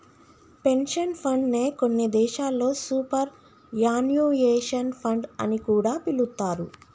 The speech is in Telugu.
పెన్షన్ ఫండ్ నే కొన్ని దేశాల్లో సూపర్ యాన్యుయేషన్ ఫండ్ అని కూడా పిలుత్తారు